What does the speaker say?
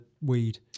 weed